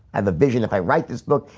i have a vision if i write this book,